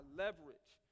leverage